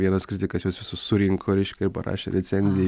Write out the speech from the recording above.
vienas kritikas juos visus surinko reiškia ir parašė recenziją